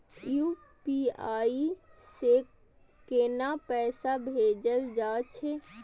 UPI से केना पैसा भेजल जा छे?